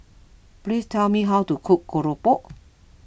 please tell me how to cook Keropok